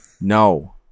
No